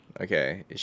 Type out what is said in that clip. okay